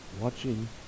watching